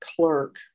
clerk